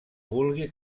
vulgui